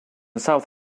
south